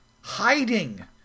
hiding